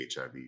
HIV